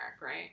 right